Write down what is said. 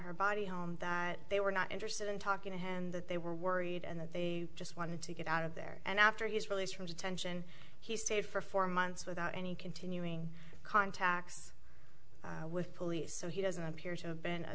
her body that they were not interested in talking to him that they were worried and that they just wanted to get out of there and after his release from detention he stayed for four months without any continuing contacts with police so he doesn't appear to have been